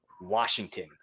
Washington